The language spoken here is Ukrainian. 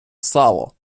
сало